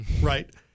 right